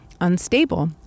unstable